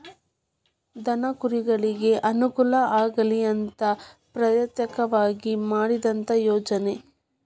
ದನಕರುಗಳಿಗೆ ಅನುಕೂಲ ಆಗಲಿ ಅಂತನ ಪ್ರತ್ಯೇಕವಾಗಿ ಮಾಡಿದಂತ ಯೋಜನೆ